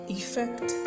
effect